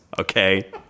okay